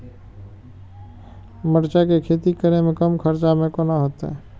मिरचाय के खेती करे में कम खर्चा में केना होते?